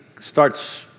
starts